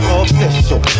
official